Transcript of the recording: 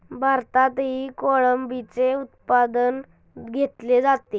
भारतातही कोळंबीचे उत्पादन घेतले जाते